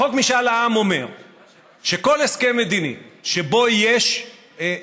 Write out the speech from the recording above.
חוק משאל עם אומר שכל הסכם מדיני שבו יש שינוי